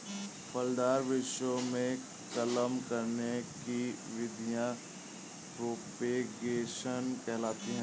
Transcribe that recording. फलदार वृक्षों में कलम करने की विधियां प्रोपेगेशन कहलाती हैं